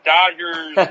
Dodgers